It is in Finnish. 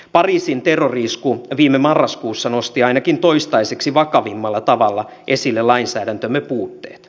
pariisin terrori isku viime marraskuussa nosti ainakin toistaiseksi vakavimmalla tavalla esille lainsäädäntömme puutteet